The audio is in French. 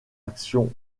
actions